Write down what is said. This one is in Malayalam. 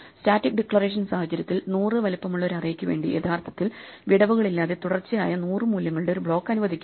സ്റ്റാറ്റിക് ഡിക്ലറേഷൻ സാഹചര്യത്തിൽ നൂറ് വലുപ്പമുള്ള ഒരു അറേക്കു വേണ്ടി യഥാർത്ഥത്തിൽ വിടവുകളില്ലാതെ തുടർച്ചയായ നൂറു മൂല്യങ്ങളുടെ ഒരു ബ്ലോക്ക് അനുവദിക്കും